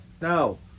No